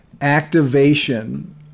activation